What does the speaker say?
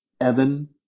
Evan